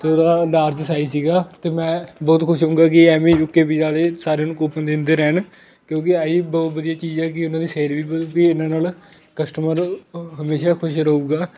ਅਤੇ ਉਹਦਾ large size ਸੀਗਾ ਅਤੇ ਮੈਂ ਬਹੁਤ ਖੁਸ਼ ਹੋਉਂਗਾ ਕਿ ਐਵੇਂ ਯੂਕੇ ਪੀਜ਼ਾ ਦੇ ਸਾਰਿਆਂ ਨੂੰ ਕੂਪਨ ਦਿੰਦੇ ਰਹਿਣ ਕਿਉਂਕਿ ਆਹੀ ਬਹੁਤ ਵਧੀਆ ਚੀਜ਼ ਆ ਕਿ ਉਹਨਾਂ ਦੀ ਸੇਲ ਵੀ ਵਧੂ ਇਹਨਾਂ ਨਾਲ ਕਸਟਮਰ ਹਮੇਸ਼ਾ ਖੁਸ਼ ਰਹੂਗਾ